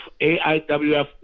AIWF